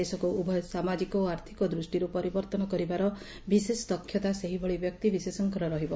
ଦେଶକୁ ଉଭୟ ସାମାକିକ ଓ ଆର୍ଥିକ ଦୃଷ୍ଟିରୁ ପରିବର୍ଭନ କରିବାର ବିଶେଷ ଦକ୍ଷତା ସେହିଭଳି ବ୍ୟକ୍ତି ବିଶେଷଙ୍କର ରହିବ